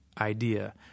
idea